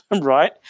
right